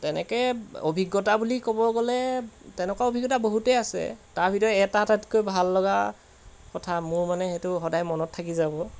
তেনেকৈ অভিজ্ঞতা বুলি ক'ব গ'লে তেনেকুৱা অভিজ্ঞতা বহুতেই আছে তাৰ ভিতৰত এটা আটাইতকৈ ভাল লগা কথা মোৰ মানে সেইটো সদায় মনত থাকি যাব